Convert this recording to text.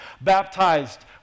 baptized